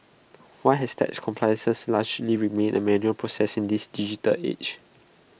why has tax compliance largely remained A manual process in this digital age